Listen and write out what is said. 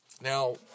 Now